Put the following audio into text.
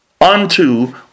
unto